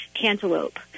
cantaloupe